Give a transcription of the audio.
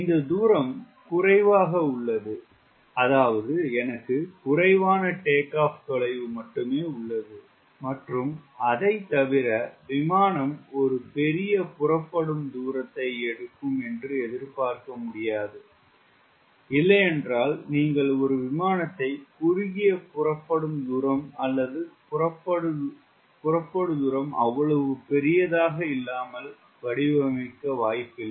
இந்த தூரம் குறைவாக உள்ளது அதாவது எனக்கு குறைவான டேக் ஆப் தொலைவு மட்டுமே உள்ளது மற்றும் அதை தவிர விமானம் ஒரு பெரிய புறப்படும் தூரத்தை எடுக்கும் என்று எதிர்பார்க்க முடியாது இல்லையென்றால் நீங்கள் ஒரு விமானத்தை குறுகிய புறப்படும் தூரம் அல்லது புறப்படும் தூரம் அவ்வளவு பெரியதாக இல்லாமல் வடிவமைக்க வாய்ப்புயில்லை